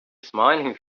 smiling